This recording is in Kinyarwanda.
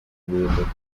guhinduka